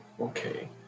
Okay